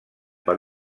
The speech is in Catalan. per